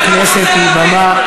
מליאת הכנסת היא במה,